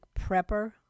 prepper